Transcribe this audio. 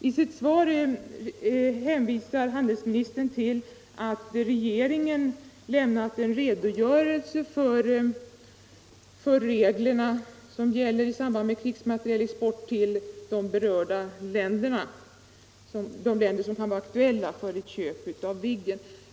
I sitt svar säger nu handelsministern att regeringen har lämnat en redogörelse för de regler som gäller i samband med krigsmaterielexport till de länder som kan vara aktuella för köp av Viggen.